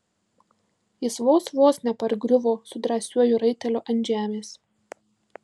jis vos vos nepargriuvo su drąsiuoju raiteliu ant žemės